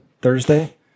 Thursday